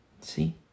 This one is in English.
See